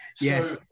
Yes